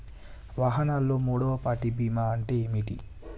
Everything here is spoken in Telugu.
వాహనాల్లో మూడవ పార్టీ బీమా అంటే ఏంటి?